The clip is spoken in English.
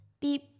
Beep